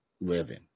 living